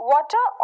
Water